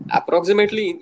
Approximately